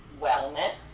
Wellness